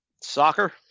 Soccer